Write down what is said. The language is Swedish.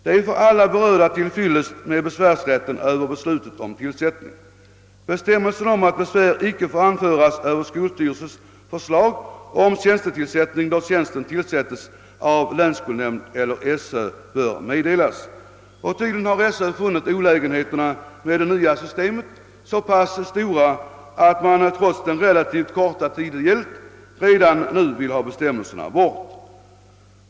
Det är för alla berörda till fyllest med besvärsrätten över beslutet om tillsättning. Bestämmelse om att besvär icke får anföras över skolstyrelses förslag om tjänstetillsättning, då tjänsten tillsättes av länsskolnämnd eller Sö, bör meddelas.» Tydligen har Sö funnit olägenheterna med det nya systemet så pass stora att man trots den relativt korta tid det gällt redan nu vill ha bort bestämmelsen.